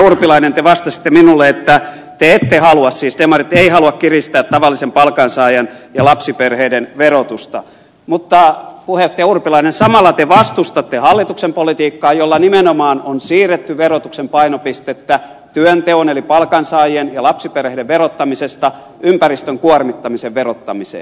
urpilainen te vastasitte minulle että te ette halua siis demarit eivät halua kiristää tavallisen palkansaajan ja lapsiperheiden verotusta mutta puheenjohtaja urpilainen samalla te vastustatte hallituksen politiikkaa jolla nimenomaan on siirretty verotuksen painopistettä työnteon eli palkansaajien ja lapsiperheiden verottamisesta ympäristön kuormittamisen verottamiseen